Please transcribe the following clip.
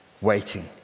waiting